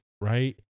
Right